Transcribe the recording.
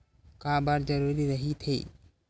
का बार जरूरी रहि थे?